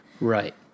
Right